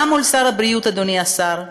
גם מול שר הבריאות, אדוני השר,